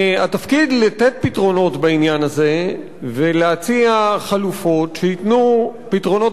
התפקיד לתת פתרונות בעניין הזה ולהציע חלופות שייתנו פתרונות